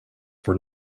for